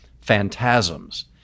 phantasms